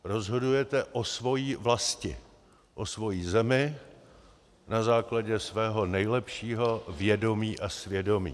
Rozhodujete o svojí vlasti, o svojí zemi, na základě svého nejlepšího vědomí a svědomí.